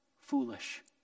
foolish